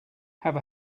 have